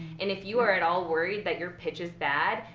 and if you are at all worried that your pitch is bad,